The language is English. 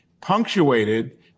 punctuated